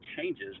changes